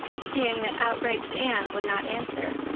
seeing that outraged anne would not answer.